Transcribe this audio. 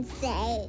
say